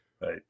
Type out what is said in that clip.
Right